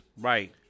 right